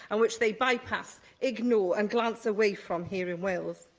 and which they bypass, ignore and glance away from here in wales.